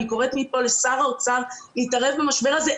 אני קוראת מפה לשר האוצר להתערב במשבר הזה.